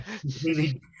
completely